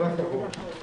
כל הכבוד.